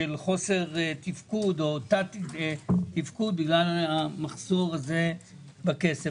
חוסר תפקוד או תת-תפקוד בגלל המחסור בכסף.